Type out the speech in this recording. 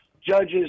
judges